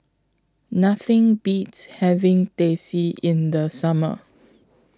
Nothing Beats having Teh C in The Summer